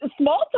small